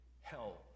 hell